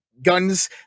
guns